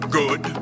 good